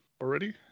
already